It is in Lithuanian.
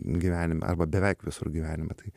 gyvenime arba beveik visur gyvenime tai